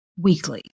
weekly